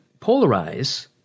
polarize